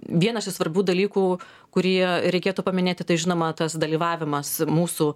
vienas iš svarbių dalykų kurie reikėtų paminėti tai žinoma tas dalyvavimas mūsų